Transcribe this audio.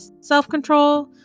self-control